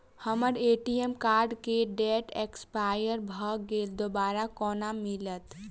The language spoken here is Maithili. हम्मर ए.टी.एम कार्ड केँ डेट एक्सपायर भऽ गेल दोबारा कोना मिलत?